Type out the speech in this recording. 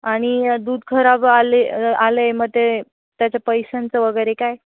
आणि दूध खराब आले आलं आहे मग ते त्याच्या पैशांचं वगैरे काय